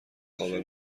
خوابه